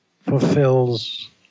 fulfills